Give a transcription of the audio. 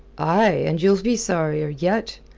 aye, and you'll be sorrier yet.